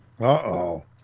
Uh-oh